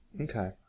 Okay